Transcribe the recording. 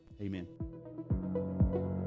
Amen